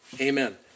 amen